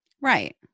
right